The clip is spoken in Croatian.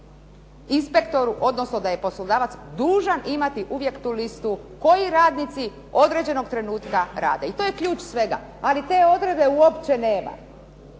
inspektoru, da je poslodavac dužan imati uvijek tu listu koji radnici određenog trenutka rade, to je ključ svega ali te odredbe uopće nema.